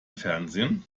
fernsehen